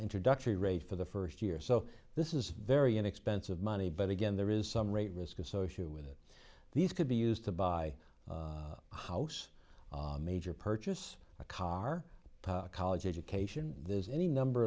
introductory rate for the first year so this is very inexpensive money but again there is some rate risk associated with it these could be used to buy a house major purchase a car a college education there's any number